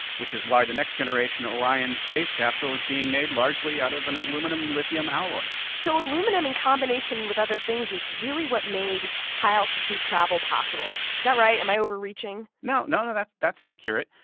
which is why the next generation orion space capsule is being made largely out of an aluminum-lithium alloy so aluminum in combination with other things is really what made high-altitude travel possible. is that right? am i overreaching? no. no, no. that's that's accurate.